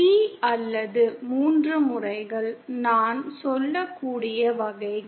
T அல்லது மூன்று முறைகள் நான் சொல்லக்கூடிய வகைகள்